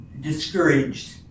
discouraged